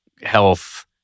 health